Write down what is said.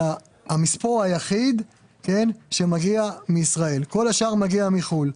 זה המספוא היחיד שמגיע מישראל - כל השאר מגיע מחו"ל.